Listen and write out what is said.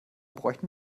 bräuchten